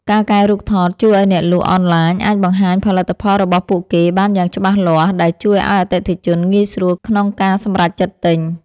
ការកែរូបថតជួយឱ្យអ្នកលក់អនឡាញអាចបង្ហាញផលិតផលរបស់ពួកគេបានយ៉ាងច្បាស់លាស់ ដែលជួយឱ្យអតិថិជនងាយស្រួលក្នុងការសម្រេចចិត្តទិញ។